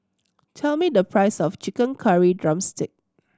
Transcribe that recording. tell me the price of chicken curry drumstick